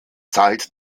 zahlt